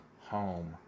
home